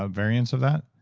ah variants of that?